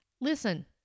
Listen